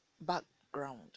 background